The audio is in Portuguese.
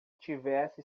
tivesse